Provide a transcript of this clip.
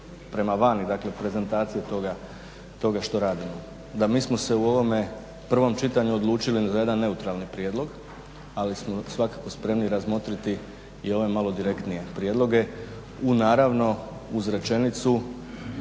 prema van, dakle prezentaciju toga što radimo. Da, mi smo se u ovome prvo čitanju odlučili za jedan neutralni prijedlog, ali smo svakako spremni razmotriti i ove malo direktnije prijedloge u naravno, uz rečenicu